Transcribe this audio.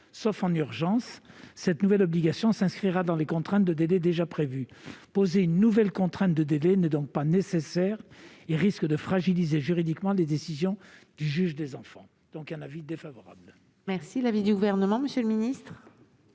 cas d'urgence, cette nouvelle obligation s'inscrira dans les contraintes de délais déjà prévues. Poser une nouvelle contrainte de délai n'est donc pas nécessaire et risque de fragiliser juridiquement les décisions du juge des enfants. La commission émet donc un avis défavorable sur cet